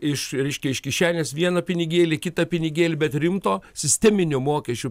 iš reiškia iš kišenės vieną pinigėlį kitą pinigėlį bet rimto sisteminio mokesčių